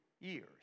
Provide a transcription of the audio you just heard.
years